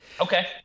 okay